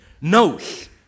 knows